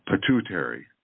pituitary